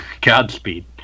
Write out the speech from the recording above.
Godspeed